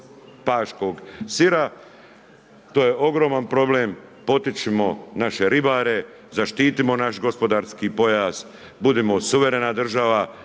paškog sira. To je ogroman problem, potičimo naše ribare, zaštitimo naš gospodarski pojas, budimo suverena država,